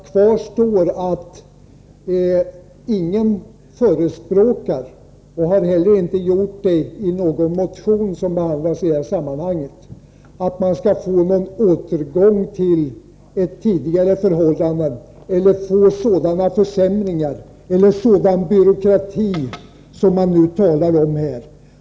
Kvar står att ingen förespråkar — och inte heller har gjort det i någon motion som behandlas i detta sammanhang — någon återgång till tidigare förhållanden eller sådana försämringar eller sådan byråkrati som det talas om.